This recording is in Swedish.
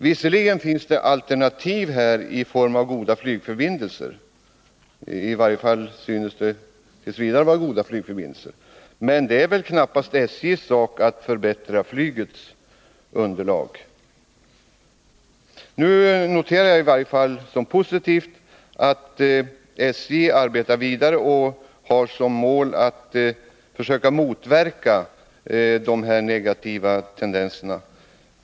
Visserligen finns det alternativ i form av goda flygförbindelser — i varje fall synes det t. v. vara så — men det är väl knappast SJ:s sak att förbättra flygets underlag. Nu noterar jag i varje fall som positivt att SJ arbetar vidare och har som mål att försöka motverka de här negativa tendenserna.